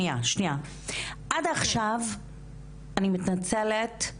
אני מתנצלת,